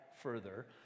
further